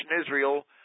Israel